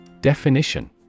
Definition